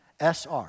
SR